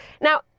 Now